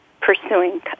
pursuing